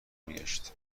میگشت